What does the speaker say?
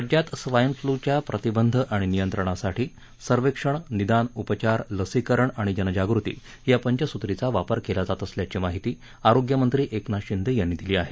राज्यात स्वाईन फ्लूच्या प्रतिबंध आणि नियंत्रणासाठी सर्वेक्षण निदान उपचार लसीकरण आणि जनजागृती या पंचसूत्रीचा वापर केला जात असल्याची माहिती आरोग्यमंत्री एकनाथ शिंदे यांनी दिली आहे